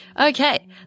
Okay